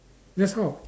that's how